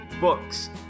books